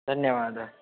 धन्यवादः